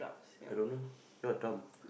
I don't know you are dumb